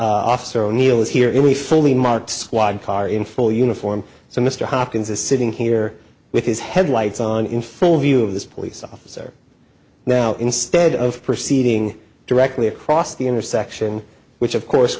here officer o'neill is here we fully marked squad car in full uniform so mr hopkins is sitting here with his headlights on in full view of this police officer now instead of proceeding directly across the intersection which of course